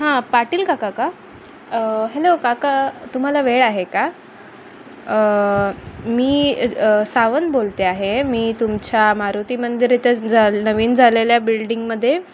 हां पाटील काका का हॅलो काका तुम्हाला वेळ आहे का मी सावंत बोलते आहे मी तुमच्या मारुती मंदिर इथे जा नवीन झालेल्या बिल्डिंगमध्ये